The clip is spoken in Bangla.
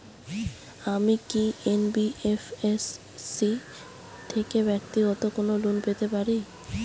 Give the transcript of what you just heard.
আমি কি এন.বি.এফ.এস.সি থেকে ব্যাক্তিগত কোনো লোন পেতে পারি?